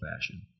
fashion